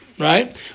Right